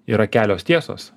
yra kelios tiesos